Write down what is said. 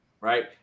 right